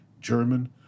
German